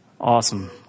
Awesome